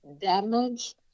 damage